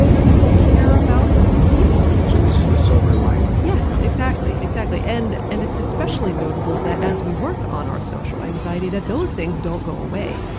we care about people. so this is the silver lining? yes, exactly. and and it's especially notable that as we work on our social anxiety, that those things don't go away.